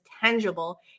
tangible